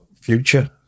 future